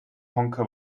honker